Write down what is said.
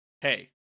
hey